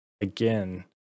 again